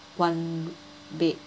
one bed